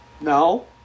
No